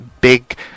big